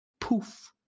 poof